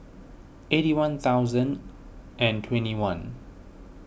eighty one thousand and twenty one